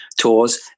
tours